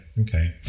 Okay